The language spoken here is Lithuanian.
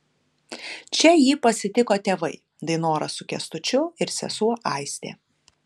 čia jį pasitiko tėvai dainora su kęstučiu ir sesuo aistė